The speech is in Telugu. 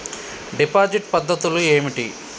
డిపాజిట్ పద్ధతులు ఏమిటి?